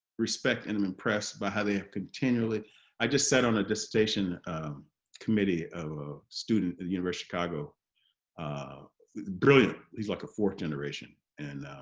respect and i'm impressed by how they have continually i just sat on a dissertation um committee of a student at the university chicago ah brilliant he's like a fourth generation and